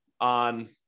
on